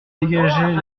dégagé